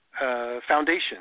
foundation